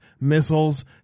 missiles